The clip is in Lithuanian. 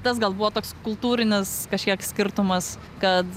tas gal buvo toks kultūrinis kažkiek skirtumas kad